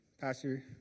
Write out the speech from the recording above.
Pastor